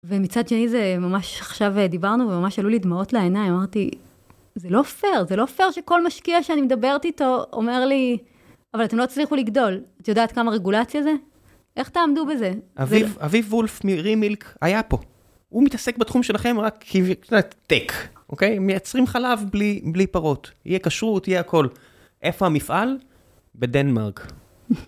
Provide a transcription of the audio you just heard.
ומצד שני זה, ממש עכשיו דיברנו, וממש עלו לי דמעות לעיניים, אמרתי, זה לא פייר, זה לא פייר שכל משקיעה שאני מדברת איתו אומר לי, אבל אתם לא הצליחו לגדול. את יודעת כמה רגולציה זה? איך תעמדו בזה? אביב וולף מרי מילק היה פה. הוא מתעסק בתחום שלכם רק כדי... טק, אוקיי? מייצרים חלב בלי פרות. יהיה כשרות, יהיה הכול. איפה המפעל? בדנמרק.